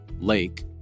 Lake